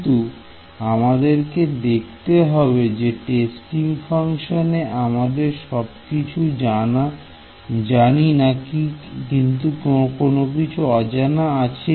কিন্তু আমাদেরকে দেখতে হবে যে টেস্টিং ফাংশন এ আমরা সবকিছু জানি না কিছু অজানা আছে